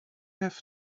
have